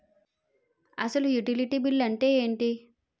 అసలు utility bill అంతే ఎంటి?